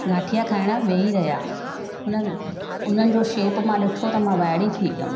गाठिया खाएण वेई रहिया उन्हनि उन्हनि जो शेप मां ॾिठो त मां वायड़ी थी वियमि